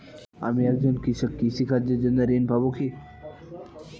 আমি একজন কৃষক কৃষি কার্যের জন্য ঋণ পাব কি?